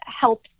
help